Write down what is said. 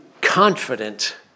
confident